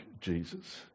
Jesus